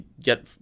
get